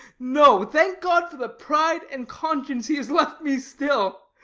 no, thank god for the pride and conscience he has left me still.